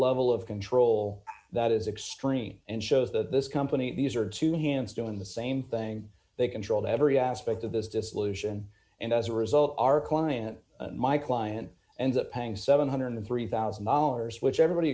level of control that is extreme and shows that this company these are two hands doing the same thing they controlled every aspect of this dissolution and as a result our client my client ends up paying seven hundred and three thousand dollars which everybody